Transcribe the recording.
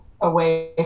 away